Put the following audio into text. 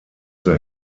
zur